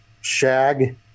shag